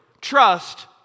Trust